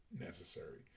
necessary